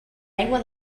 aigua